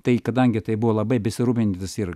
tai kadangi tai buvo labai besirūpinantis ir